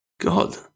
god